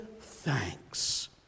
thanks